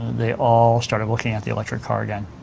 they all started looking at the electric car again.